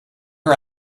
her